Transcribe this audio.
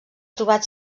trobat